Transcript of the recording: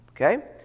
Okay